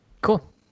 cool